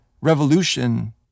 revolution